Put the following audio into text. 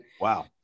Wow